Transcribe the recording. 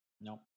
Nope